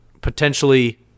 potentially